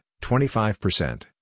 25%